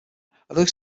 although